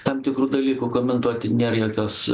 tam tikrų dalykų komentuoti nėr jokios